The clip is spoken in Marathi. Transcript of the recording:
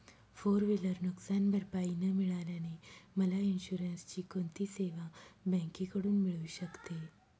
फोर व्हिलर नुकसानभरपाई न मिळाल्याने मला इन्शुरन्सची कोणती सेवा बँकेकडून मिळू शकते?